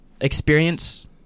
experience